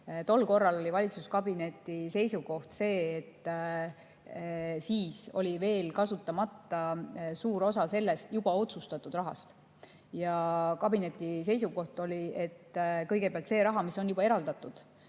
Tol korral oli valitsuskabineti seisukoht see, kuna siis oli veel kasutamata suur osa sellest juba otsustatud rahas, kabineti seisukoht oli, et kõigepealt see raha, mis on juba eraldatud,